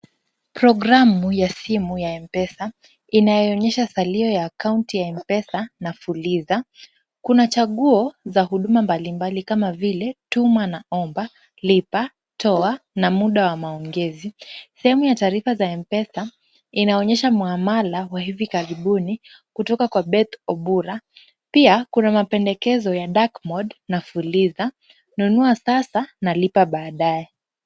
Programu ya simu ya M-Pesa, inayoonyesha salio ya akaunti ya M-Pesa na fuliza, kuna nguo za huduma mbalimbali kama vile tuma na omba, lipa, toa na muda wa maongezi. Sehemu ya taarifa za M-Pesa inaonyesha muamala wa hivi karibuni kutoka kwa Beth Obura, pia kuna mapendekezo ya dark mode na fuliza nunua sasa na lipa baadaye.